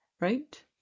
Right